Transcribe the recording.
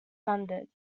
funded